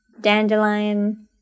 dandelion